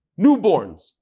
newborns